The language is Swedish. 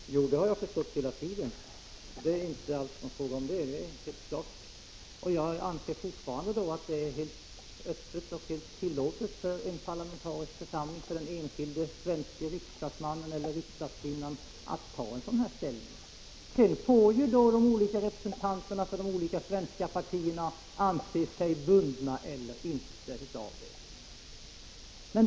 Herr talman! Det har jag förstått hela tiden. Det är inte alls fråga om annat. Men jag anser fortfarande att det står den enskilda svenska riksdagsmannen eller riksdagskvinnan i den parlamentariska församlingen helt fritt att göra ett sådant här ställningstagande. Sedan må representanterna för de olika svenska partierna anse sig bundna eller inte av det.